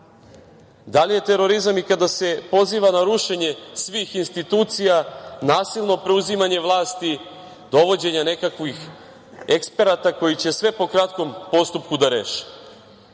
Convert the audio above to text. li je terorizam i kada se poziva na rušenje svih institucija, nasilno preuzimanje vlasti, dovođenje nekakvih eksperata koji će sve po kratkom postupku da reše? Da